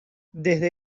desde